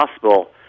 possible